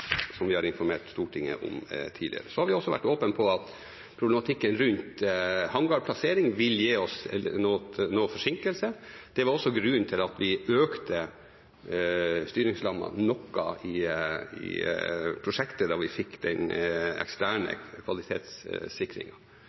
vi har informert Stortinget om tidligere. Vi har også vært åpne om at problematikken rundt hangarplasseringen vil gi oss noe forsinkelse. Det var også grunnen til at vi økte styringsrammen noe i prosjektet da vi fikk den eksterne